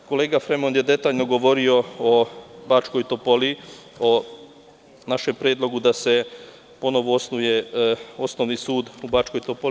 Kolega Fremond je detaljno govorio o Bačkoj Topoli, o našem predlogu da se ponovo osnuje osnovni sud u Bačkoj Topoli.